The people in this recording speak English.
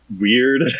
weird